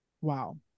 wow